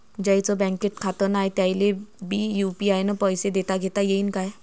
ज्याईचं बँकेत खातं नाय त्याईले बी यू.पी.आय न पैसे देताघेता येईन काय?